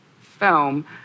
film